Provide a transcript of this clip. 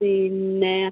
പിന്നേ